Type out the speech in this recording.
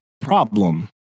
problem